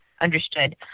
understood